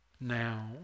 Now